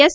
S